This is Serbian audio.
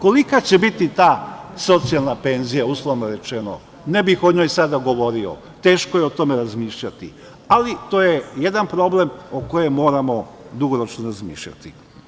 Kolika će biti ta socijalna penzija, uslovno rečeno, ne bih o njoj sada govorio, teško je o tome razmišljati, ali to je jedan problem o kojem moramo dugoročno razmišljati.